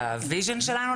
ב- Vision שלנו,